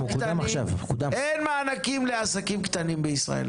אין מענקים לעסקים קטנים בישראל.